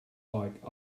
bike